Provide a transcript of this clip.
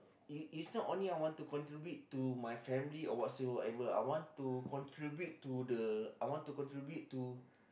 is is not only I want to contribute to my family or whatsoever I want to contribute to the I want to contribute to